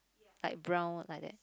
like brown like that